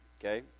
Okay